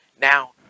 Now